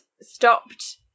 stopped